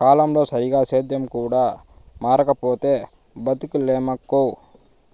కాలంతో సరిగా సేద్యం కూడా మారకపోతే బతకలేమక్కో